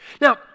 Now